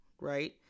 right